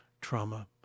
trauma